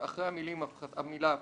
אחרי המילה "השר"